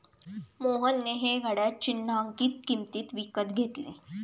मोहनने हे घड्याळ चिन्हांकित किंमतीत विकत घेतले